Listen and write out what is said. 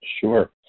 Sure